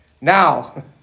Now